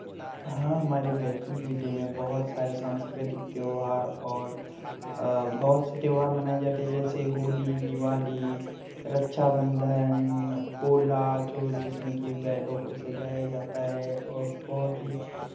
हाँ हमारे बेतुल जिले में बहुत सारे सांस्कृतिक त्यौहार और बहुत से त्यौहार मनाये जाते हैं जैसे होली दीवाली रक्षाबंधन पोला जो जिसमें कि बैलों को सजाया जाता है और बहुत ही